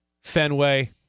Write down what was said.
Fenway